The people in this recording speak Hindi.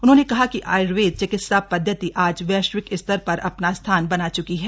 उन्होंने कहा कि आय्र्वेद चिकित्सा पद्वति आज वैश्विक स्तर पर अपना स्थान बना चुकी है